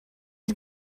had